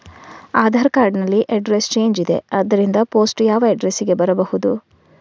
Aadhaar card ನಲ್ಲಿ address change ಇದೆ ಆದ್ದರಿಂದ ಪೋಸ್ಟ್ ಯಾವ ಅಡ್ರೆಸ್ ಗೆ ಬರಬಹುದು?